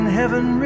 heaven